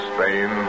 Spain